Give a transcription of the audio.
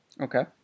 Okay